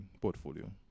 portfolio